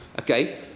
Okay